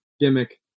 gimmick